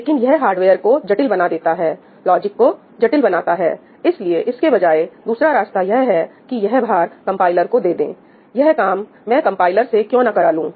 लेकिन यह हार्डवेयर को जटिल बना देता है लॉजिक को जटिल बनाता है इसलिए इसके बजाय दूसरा रास्ता यह है कि यह भार कंपाइलर को दे दें यह काम में कंपाइलर से क्यों न करा लूं